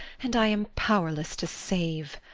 and i am powerless to save.